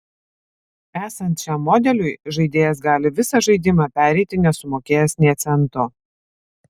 esant šiam modeliui žaidėjas gali visą žaidimą pereiti nesumokėjęs nė cento